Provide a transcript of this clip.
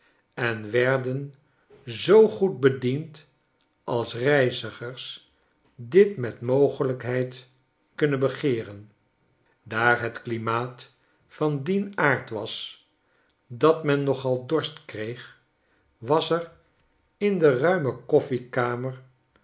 en werden zoo goed bediend als reizigers dit met mogelijkheid kunnen begeeren daar het klimaat van dien aard was dat men nogal dorst kreeg was er in de ruime